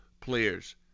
players